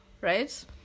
right